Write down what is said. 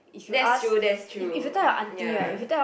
that's true that's true ya